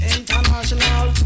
International